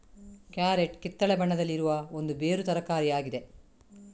carrot ಕಿತ್ತಳೆ ಬಣ್ಣದಲ್ಲಿ ಇರುವ ಒಂದು ಬೇರು ತರಕಾರಿ ಆಗಿದೆ